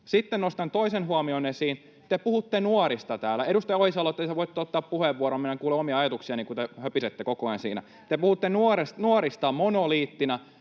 Sitten nostan toisen huomion esiin. Te puhutte nuorista täällä... [Maria Ohisalon välihuuto] — Edustaja Ohisalo, te voitte ottaa puheenvuoron. Minä en kuule omia ajatuksiani, kun te höpisette koko ajan siinä. — Te puhutte nuorista monoliittina,